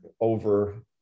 over